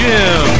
Jim